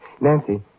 Nancy